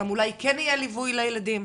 אולי שם דווקא כן יהיה ליווי לילדים,